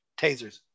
Tasers